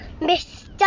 Mr